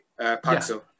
Paxo